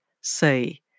say